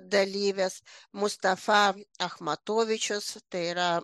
dalyvis mustafa achmatovičius tai yra